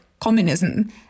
communism